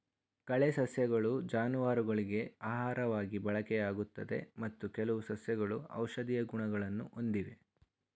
ಕಳೆ ಸಸ್ಯಗಳು ಜಾನುವಾರುಗಳಿಗೆ ಆಹಾರವಾಗಿ ಬಳಕೆಯಾಗುತ್ತದೆ ಮತ್ತು ಕೆಲವು ಸಸ್ಯಗಳು ಔಷಧೀಯ ಗುಣಗಳನ್ನು ಹೊಂದಿವೆ